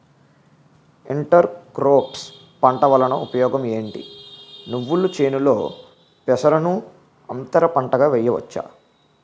Inter crops పంట వలన ఉపయోగం ఏమిటి? నువ్వుల చేనులో పెసరను అంతర పంటగా వేయవచ్చా?